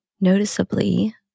noticeably